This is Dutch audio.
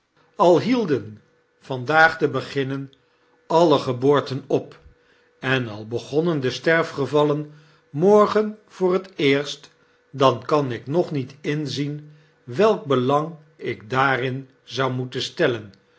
a hielden vandaag te beginnen alle geboorten op en al hegonnen de sterfgevallen morgen voor t eerst dan kan ik nog niet inzien welk belamg ik daarki zou mcneten stehtem